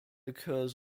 occurs